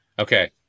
Okay